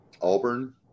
Auburn